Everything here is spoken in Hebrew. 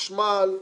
חשמל,